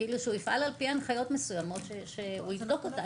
שהוא יפעל על פי הנחיות מסוימות שהוא יצטרך,